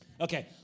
Okay